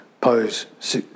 pose